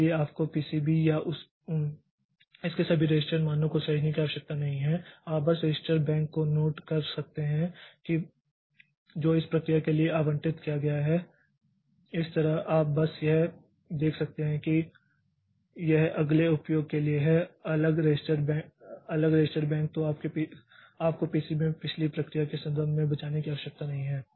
इसलिए आपको पीसीबी या इसके सभी रजिस्टर मानों को सहेजने की आवश्यकता नहीं है आप बस रजिस्टर बैंक को नोट कर सकते हैं जो इस प्रक्रिया के लिए आवंटित किया गया है इस तरह आप बस यह देख सकते हैं कि क्या यह अगले उपयोग के लिए है एक अलग रजिस्टर बैंक तो आपको पीसीबी में पिछली प्रक्रिया के संदर्भ को बचाने की आवश्यकता नहीं है